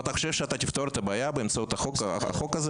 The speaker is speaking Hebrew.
אתה חושב שאתה תפתור את הבעיה באמצעות החוק הזה?